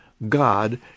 God